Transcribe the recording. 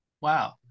Wow